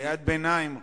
קריאת ביניים,